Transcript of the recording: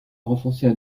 renforcer